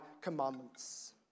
commandments